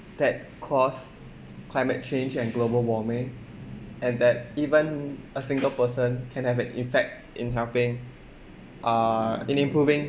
that cause climate change and global warming and that even a single person can have an effect in helping uh in improving